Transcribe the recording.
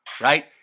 right